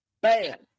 bad